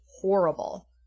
horrible